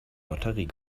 lotterie